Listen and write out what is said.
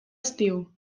estiu